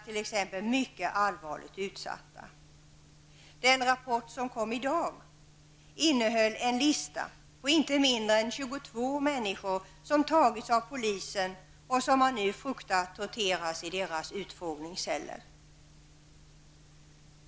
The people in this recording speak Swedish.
T.ex. kurderna är mycket allvarligt utsatta. Den rapport som kom i dag innehöll en lista på inte mindre än 22 människor som tagits av polisen och som man nu fruktar torteras i Turkiets utfrågningsceller.